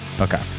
Okay